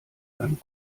einem